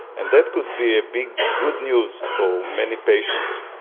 and that could be a big good news for many patients.